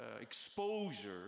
exposure